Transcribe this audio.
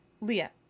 Leah